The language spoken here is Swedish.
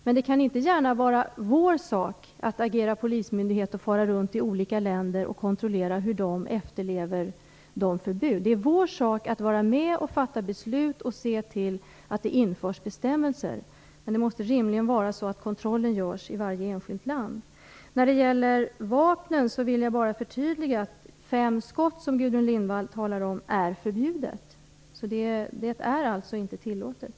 Men det kan inte gärna vara vår sak att agera polismyndighet och fara runt i olika länder och kontrollera hur de efterlever förbuden. Det är vår sak att vara med och fatta beslut och se till att det införs bestämmelser, men kontrollen måste rimligen göras av varje enskilt land. När det gäller vapnen vill jag bara förtydliga att fem skott, som Gudrun Lindvall, talar om, är förbjudet. Det är alltså inte tillåtet.